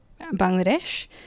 Bangladesh